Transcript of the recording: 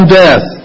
death